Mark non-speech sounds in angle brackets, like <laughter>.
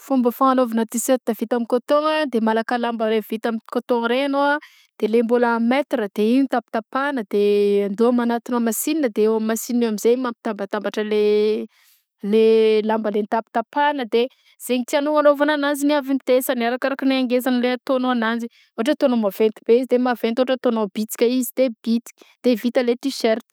Fomba fanagnaovana tee shirt vita amy coton de malaka lamba le vita amy coton regny anao de le mbôla amy metre de igny tapatapahagna de atao manantogna masinina de eo amy masinina eo amzay mampitambatambatra anle le <hesitation> lamba le nitaptapahana de zay tianao agnaovana ananzy ny avintesany arakaraky ny angezanle ataonao ananjy ôhatra ataonao maventy be izy de maventy ôtra ataonao bitsika izy de bitsika de vita le tee shirt.